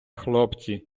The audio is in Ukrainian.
хлопці